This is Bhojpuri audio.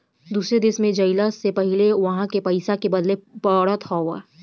दूसरा देश में जइला से पहिले उहा के पईसा के बदले के पड़त हवे